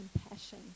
compassion